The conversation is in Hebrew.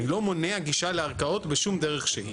אני לא מונע גישה לערכאות בשום דרך שהיא.